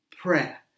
prayer